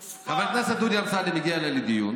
פשוט שום דבר ענייני.